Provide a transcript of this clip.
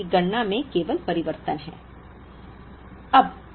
कुल लागत की गणना में केवल परिवर्तन है